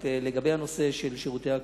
לגבי נושא שירותי הקבורה,